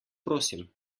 prosim